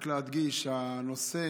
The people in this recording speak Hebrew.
רק להדגיש, הנושא